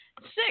Six